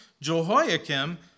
Jehoiakim